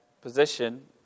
position